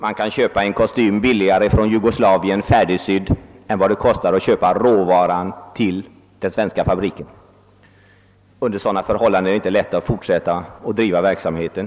Man kan köpa en färdigsydd kostym billigare från Jugoslavien än vad råvaran kostar den svenska fabriken. Under sådana förhållanden är det inte lätt för denna fabrik att fortsätta verksamheten.